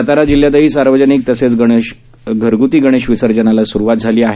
सातारा जिल्ह्यातही सार्वजनिक तसेच घरग्ती गणेश विसर्जनाला स्रुवात झाली आहे